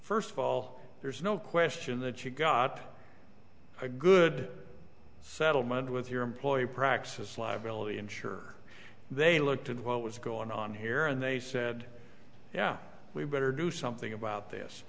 first of all there's no question that you got a good settlement with your employee praxis liability insurer they looked at what was going on here and they said yeah we better do something about this